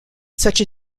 such